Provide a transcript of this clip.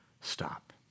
stop